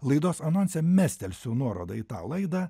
laidos anonse mestelsiu nuorodą į tą laidą